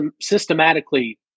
systematically